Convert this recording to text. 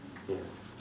ya